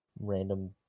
random